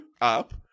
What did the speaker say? up